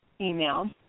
email